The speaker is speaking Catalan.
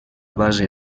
base